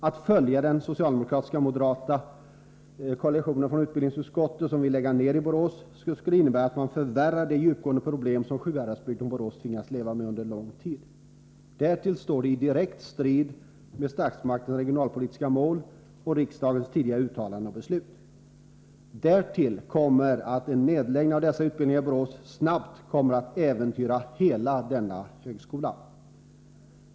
Att följa den socialdemokratiskmoderata koalitionen i utbildningsutskottet som är för en nedläggning i Borås skulle innebära att man förvärrar de djupgående problem som Sjuhäradsbygden och Borås tvingats leva med under lång tid. Därtill står det i direkt strid med statsmakternas regionalpolitiska mål och riksdagens tidigare uttalanden och beslut. Till detta kommer att en nedläggning av dessa utbildningar i Borås snabbt kommer att äventyra hela denna högskola.